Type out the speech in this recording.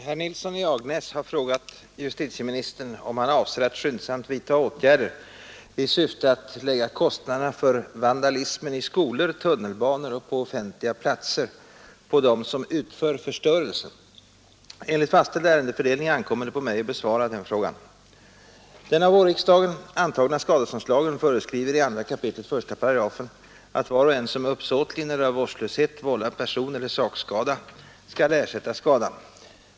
Herr talman! Herr Nilsson i Agnäs har frågat justitieministern om han avser att skyndsamt vidta åtgärder i syfte att lägga kostnaderna för vandalismen i skolor, tunnelbanor och på offentliga platser på dem som utför förstörelsen. Enligt fastställd ärendefördelning ankommer det på mig att besvara frågan. att var och en som uppsåtligen eller av vårdslöshet vållar personeller sakskada skall ersätta skadan.